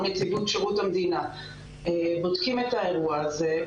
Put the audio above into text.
נציבות שירות המדינה בודקים את האירוע הזה,